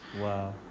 Wow